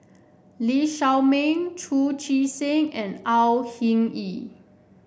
Lee Shao Meng Chu Chee Seng and Au Hing Yee